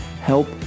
help